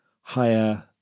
higher